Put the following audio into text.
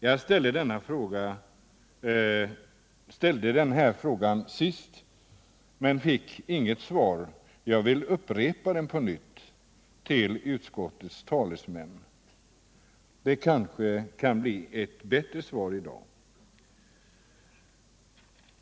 Jag ställde denna fråga när ärendet senast var uppe men fick inget svar. Jag upprepar frågan på nytt till utskottets talesmän. Det kanske kan bli ett svar i dag.